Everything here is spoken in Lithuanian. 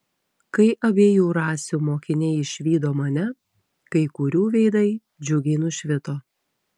kai abiejų rasių mokiniai išvydo mane kai kurių veidai džiugiai nušvito